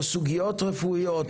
או סוגיות רפואיות,